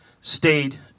stayed